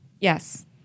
yes